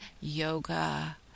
yoga